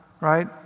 Right